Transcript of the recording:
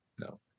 no